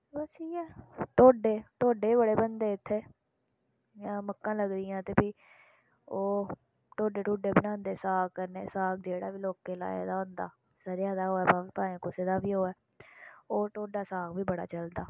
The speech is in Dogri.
बस इ'यै टोडे टोडे बी बड़े बनदे इत्थे इयां मक्कां लगदियां ते फ्ही ओह् टोडे टुडे बनांदे साग कन्नै साग जेह्ड़ा बी लोकें लाए दा होंदा सरेआं दा होऐ भाएं कुसै दा बी होऐ ओह् टोडा साग बी बड़ा चलदा